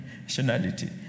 nationality